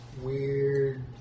weird